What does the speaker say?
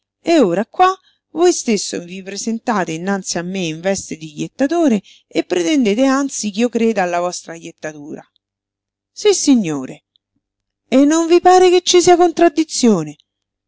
e ora qua voi stesso vi presentate innanzi a me in veste di jettatore e pretendete anzi ch'io creda alla vostra jettatura sissignore e non vi pare che ci sia contraddizione